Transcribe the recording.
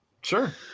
Sure